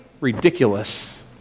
ridiculous